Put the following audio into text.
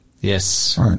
Yes